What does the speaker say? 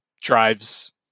drives